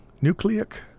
Nucleic